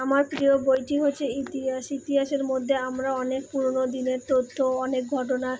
আমার প্রিয় বইটি হচ্ছে ইতিহাস ইতিহাসের মধ্যে আমরা অনেক পুরোনো দিনের তথ্য অনেক ঘটনা